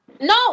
No